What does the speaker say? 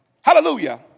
Hallelujah